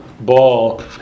ball